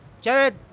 Jared